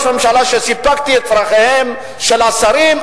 ממשלה שסיפקתי את צורכיהם של השרים,